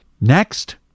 Next